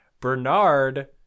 Bernard